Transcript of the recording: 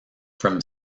from